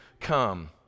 come